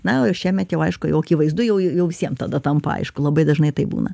na o ir šiemet jau aišku jau akivaizdu jau jau visiem tada tampa aišku labai dažnai taip būna